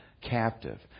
captive